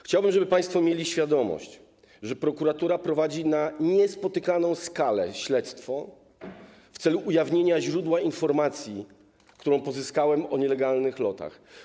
Chciałbym, żeby państwo mieli świadomość, że prokuratura prowadzi na niespotykaną skalę śledztwo w celu ujawnienia źródła informacji, którą pozyskałem, o nielegalnych lotach.